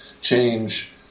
change